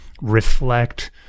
reflect